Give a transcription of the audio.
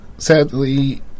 Sadly